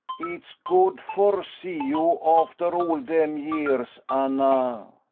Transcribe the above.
it's good for see you after all dem years, anna.